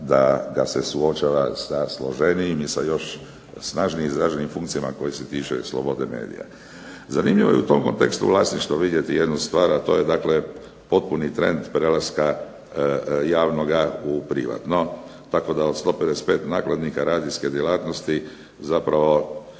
da se suočava sa složenijim i sa još snažnije izraženim funkcijama koje se tiču slobode medija. Zanimljivo je u tom kontekstu vlasništva vidjeti jednu stvar, a to je potpuni trend prelaska javnoga u privatno, tako da od 155 nakladnika radijske djelatnosti zapravo